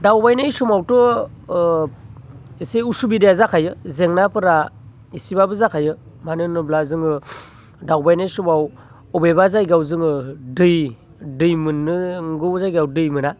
दावबायनाय समावथ' एसे उसुबिदाया जाखायो जेंनाफोरा इसेबाबो जाखायो मानो होनोब्ला जोङो दावबायनाय समाव बबेबा जायगायाव जोङो दै मोननो नांगौ जायगायाव दै मोना